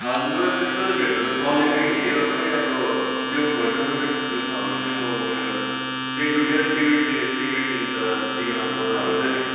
हजुर म त त्यस्तो त भेट्न त पाउँदिन कि र पनि अब त्यो फोटो सोटो खिच्नु छ भने चाहिँ म मेरो सेक मेरो सेक्रेटेरी सेक्रेटेरीसँग बोल्दा हुन्छ नि